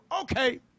Okay